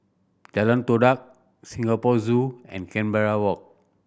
Jalan Todak Singapore Zoo and Canberra Walk